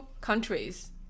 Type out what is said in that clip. countries